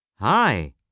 Hi